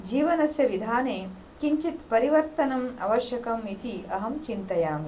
जीवनस्य विधाने किञ्चित् परिवर्तनम् अवश्यकम् इति अहं चिन्तयामि